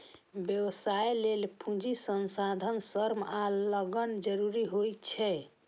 व्यवसाय लेल पूंजी, संसाधन, श्रम आ लगन जरूरी होइ छै